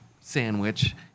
sandwich